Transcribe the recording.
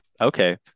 Okay